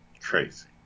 crazy